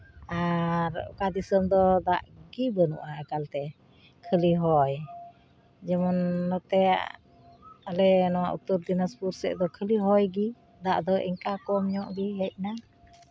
ᱟᱨ ᱚᱠᱟ ᱫᱤᱥᱚᱢ ᱫᱚ ᱫᱟᱜ ᱜᱮ ᱵᱟᱹᱱᱩᱜᱼᱟ ᱮᱠᱟᱞ ᱛᱮ ᱠᱷᱟᱹᱞᱤ ᱦᱚᱭ ᱡᱮᱢᱚᱱ ᱱᱚᱛᱮ ᱟᱞᱮ ᱱᱚᱣᱟ ᱩᱛᱛᱚᱨ ᱫᱤᱱᱟᱡᱽᱯᱩᱨ ᱥᱮᱫ ᱫᱚ ᱠᱷᱟᱹᱞᱤ ᱦᱚᱭᱜᱮ ᱫᱟᱜ ᱫᱚ ᱤᱱᱠᱟ ᱠᱚᱢ ᱧᱚᱜ ᱜᱮ ᱦᱮᱡ ᱮᱱᱟ